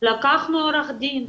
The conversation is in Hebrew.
לקחנו עורך דין פשוט.